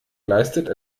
leistet